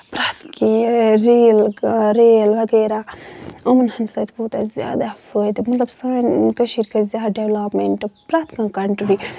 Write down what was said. پرٮ۪تھ کیٚنٛہہ rail rail وغیرہ یِمَن ہٕنٛدۍ سۭتۍ ووٚت اَسہِ زیادٕ فٲیدٕ مطلب سٲنۍ کٔشیٖر گٔے زیادٕ ڈیٚولَپمیٛنٹ پرٮ۪تھ کانٛہہ کَنٹری